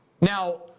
Now